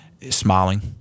smiling